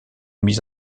mis